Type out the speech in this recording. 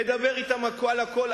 לדבר אתם על הכול,